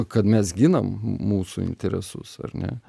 kad mes ginam mūsų interesus ar ne